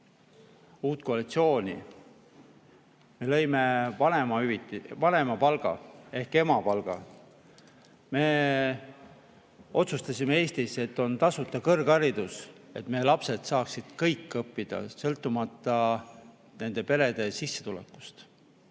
uus koalitsioon, me lõime vanemapalga ehk emapalga. Me otsustasime, et Eestis on tasuta kõrgharidus, et meie lapsed saaksid kõik õppida, sõltumata nende perede sissetulekust.